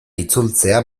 itzultzea